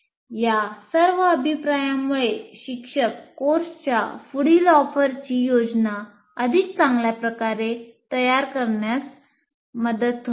या सर्व अभिप्रायांमुळे शिक्षकाला कोर्सच्या पुढील ऑफरची योजना अधिक चांगल्या प्रकारे तयार करण्यास मदत होईल